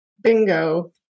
Bingo